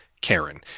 Karen